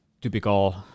typical